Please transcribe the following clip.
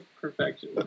perfection